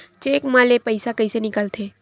Cheque म ले पईसा कइसे निकलथे?